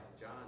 John